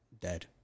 Dead